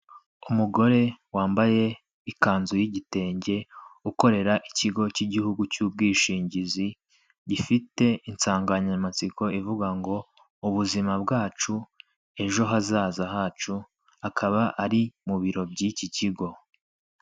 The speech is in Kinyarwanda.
Umugore wambaye ikanzu y'igitenge, ukorera ikigo cy'igihugu cy'ubwishingizi, gifite insanganyamatsiko ivuga ngo "ubuzima bwacu, ejo hazaza hacu", akaba ari mu biro by'iki kigo.